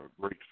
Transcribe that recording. great